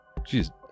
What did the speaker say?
Jeez